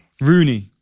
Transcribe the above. Rooney